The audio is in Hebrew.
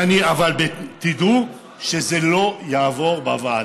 אבל תדעו שזה לא יעבור בוועדה.